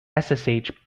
ssh